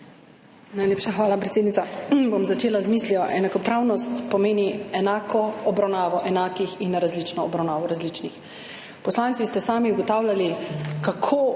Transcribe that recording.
Najlepša hvala, predsednica. Bom začela z mislijo: »Enakopravnost pomeni enako obravnavo enakih in različno obravnavo različnih.« Poslanci ste sami ugotavljali, kako